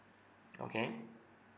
okay